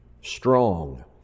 strong